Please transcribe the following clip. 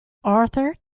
arthur